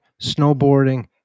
snowboarding